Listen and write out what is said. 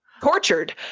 tortured